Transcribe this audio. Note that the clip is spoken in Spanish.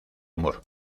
humor